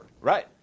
right